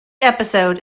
episode